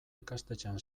ikastetxean